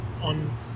on